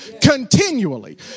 continually